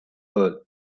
earl